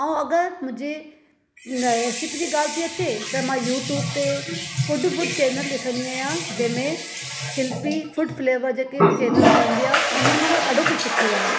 ऐं अगरि मुंजे न सिपरी ॻाल्ह थी अचे त मां यूट्यूब ते फूड फूड चैनल ॾिसंदी आहियां जंहिंमे शिल्पी फूड फ्लेवर जेके चैनल हलंदी आहे हुन खां मां ॾाढो कुझु सिखियो आहे